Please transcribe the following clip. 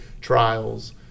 trials